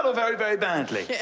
or very, very badly.